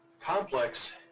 complex